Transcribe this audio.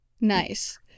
Nice